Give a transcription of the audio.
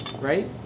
right